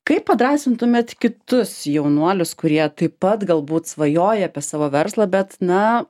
kaip padrąsintumėt kitus jaunuolius kurie taip pat galbūt svajoja apie savo verslą bet na